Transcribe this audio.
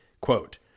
quote